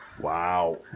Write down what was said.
Wow